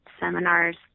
seminars